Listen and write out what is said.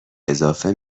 اضافه